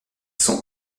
sont